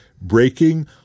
breaking